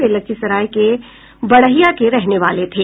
वे लखीसराय के बड़हिया के रहनेवाले थे